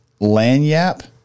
Lanyap